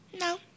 No